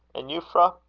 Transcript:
and euphra,